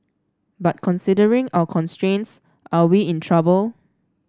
but considering our constraints are we in trouble